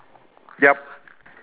yup